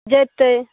जयतै